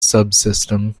subsystem